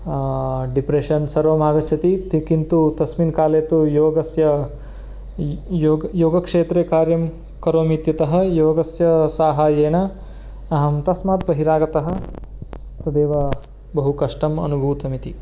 depression सर्वम् आगच्छति ति किन्तु तस्मिन् काले तु योगस्य योग योगक्षेत्रे कार्यं करोमि इत्यतः योगस्य साहाय्येन अहं तस्मात् बहिरागतः तदेव बहु कष्टम् अनूभूतम् इति